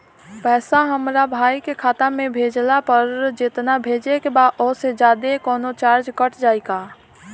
पैसा हमरा भाई के खाता मे भेजला पर जेतना भेजे के बा औसे जादे कौनोचार्ज कट जाई का?